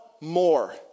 more